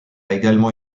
également